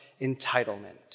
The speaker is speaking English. entitlement